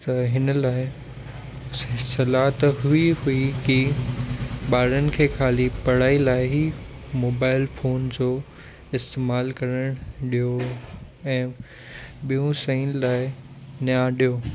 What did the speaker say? त हिन लाइ सि सलाह त हुई हुई कि ॿारनि खे खाली पढ़ाई लाइ ई मोबाइल फ़ोन जो इस्तेमालु करणु ॾियो ऐं ॿियूं शयुनि लाइ नया ॾियो